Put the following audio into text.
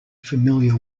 familiar